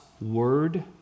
Word